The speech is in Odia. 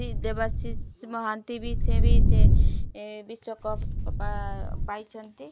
ଶ୍ରୀ ଦେବାଶିଷ ମହାନ୍ତି ବି ସେ ବି ସେ ବିଶ୍ୱକପ୍ ପା ପାଇଛନ୍ତି